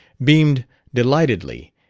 beamed delightedly,